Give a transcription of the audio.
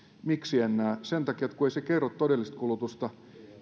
miksi en näe sen takia että ei se kerro todellista kulutusta